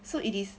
so it is